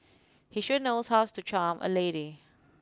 he sure knows how's to charm a lady